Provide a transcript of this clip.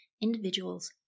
individuals